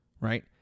Right